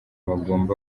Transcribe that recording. bagomba